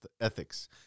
ethics